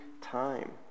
time